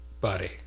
buddy